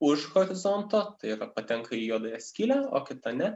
už horizonto tai yra patenka į juodąją skylę o kita ne